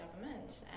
government